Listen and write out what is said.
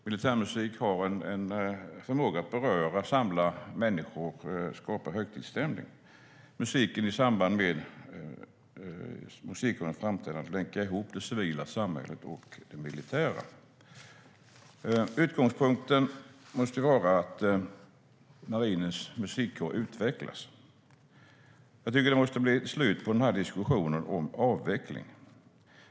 Militärmusik har en förmåga att beröra och samla människor och skapa högtidsstämning i samband med musikframträdanden och länka ihop det civila samhället med det militära. Utgångspunkten måste vara att Marinens Musikkår utvecklas. Det måste bli slut på diskussionen om en avveckling.